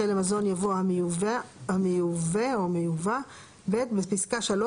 אחרי "למזון" יבוא "המיובא"; (ב) בפסקה (3),